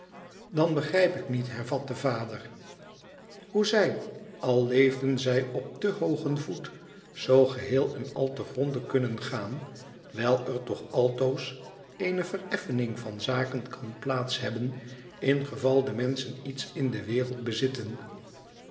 dan begrijp ik niet hervat de vader hoe zij al leefden zij op te hoogen voet zoo geheel en al te gronde kunnen gaan wijl er toch altoos eene vereffening van zaken kan plaats hebben ingeval de menschen iets in de wereld bezitten